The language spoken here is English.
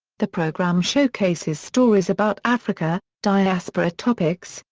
the program showcases stories about africa, diaspora topics,